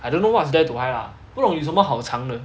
I don't know what's there to hide lah 不懂有什么好藏的